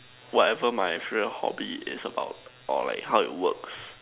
whatever my free hobby is about or like how it works